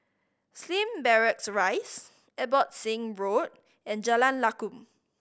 Slim Barracks Rise Abbotsingh Road and Jalan Lakum